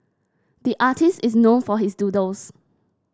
the artist is known for his doodles